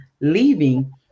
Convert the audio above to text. leaving